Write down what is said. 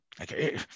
Okay